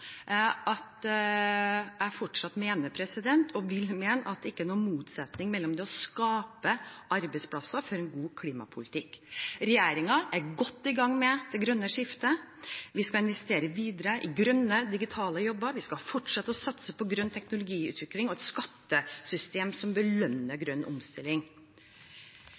ikke er noen motsetning mellom det å skape arbeidsplasser og det å føre en god klimapolitikk. Regjeringen er godt i gang med det grønne skiftet. Vi skal investere videre i grønne, digitale jobber. Vi skal fortsette å satse på grønn teknologiutvikling og et skattesystem som belønner grønn omstilling.